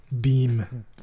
beam